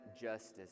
justice